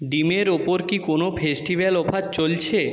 ডিমের ওপর কি কোনও ফেস্টিভ্যাল অফার চলছে